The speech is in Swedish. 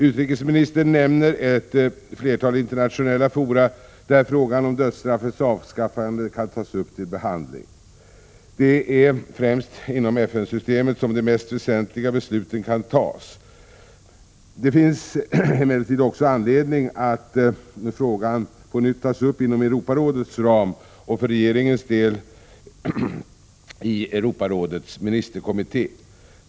Utrikesministern nämner ett flertal internationella fora, där frågan om dödsstraffets avskaffande kan tas upp till behandling. Det är främst inom FN-systemet som de mest väsentliga besluten kan tas. Det finns emellertid anledning att frågan på nytt tas upp inom Europarådets ram och för regeringens del i Europarådets ministerkommitté.